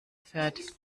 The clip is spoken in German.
fährt